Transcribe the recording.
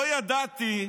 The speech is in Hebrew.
לא ידעתי,